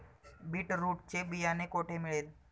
Beetroot चे बियाणे कोठे मिळेल?